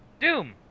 Doom